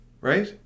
Right